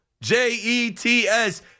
J-E-T-S